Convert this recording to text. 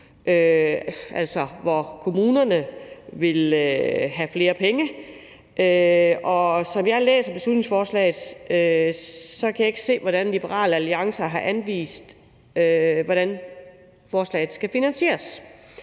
altså hvor kommunerne vil have flere penge, og som jeg læser beslutningsforslaget, kan jeg ikke se, hvordan Liberal Alliance har anvist at forslaget skal finansieres.